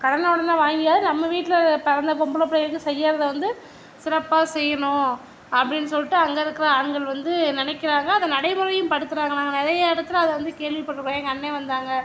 கடனை ஒடனை வாங்கியாவது நம்ம வீட்டில் பிறந்த பொம்பளை பிள்ளைகளுக்கு செய்யறதை வந்து சிறப்பாக செய்யணும் அப்படினு சொல்லிட்டு அங்கே இருக்கிற ஆண்கள் வந்து நினைக்கிறாங்க அதை நடைமுறையும் படுத்துறாங்க நாங்கள் நிறைய இடத்துல அதை வந்து கேள்விப்பட்டிருக்குறோம் எங்கள் அண்ணே வந்தாங்க